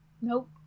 Nope